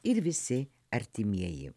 ir visi artimieji